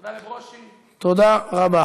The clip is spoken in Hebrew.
תודה לברושי, תודה רבה.